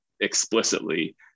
explicitly